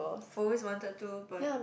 always wanted to but